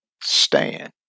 stand